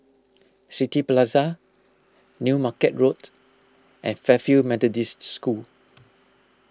City Plaza New Market Road and Fairfield Methodists School